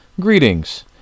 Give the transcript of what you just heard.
greetings